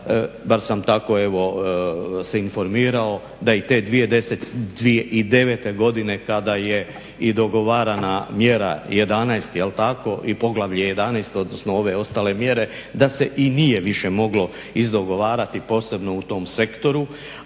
bar sam tako se informirao da i te 2009.godine kada je i dogovarana mjera 11 jel tako i poglavlje 11 odnosno ove ostale mjere da se i nije više moglo izdogovarati posebno u tom sektoru.